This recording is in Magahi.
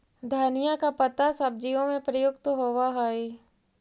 धनिया का पत्ता सब्जियों में प्रयुक्त होवअ हई